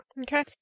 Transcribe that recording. Okay